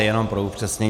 Jenom pro upřesnění.